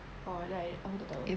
oh right aku tak tahu